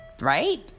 right